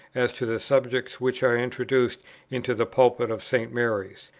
as to the subjects which i introduced into the pulpit of st. mary's.